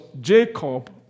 Jacob